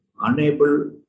unable